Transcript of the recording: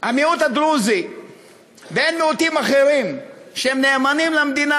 המיעוט הדרוזי והן מיעוטים אחרים שנאמנים למדינה,